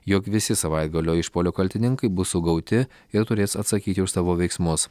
jog visi savaitgalio išpuolio kaltininkai bus sugauti ir turės atsakyti už savo veiksmus